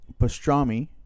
pastrami